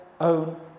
own